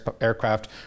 aircraft